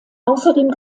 außerdem